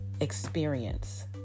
experience